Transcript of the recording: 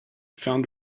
found